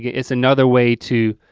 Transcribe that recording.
it's another way to